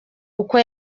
uko